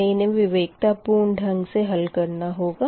हमें इन्हें विवेकतापूर्ण ढंग से हल करना होगा